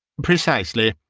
precisely.